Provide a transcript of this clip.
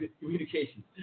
communication